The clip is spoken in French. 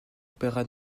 opéra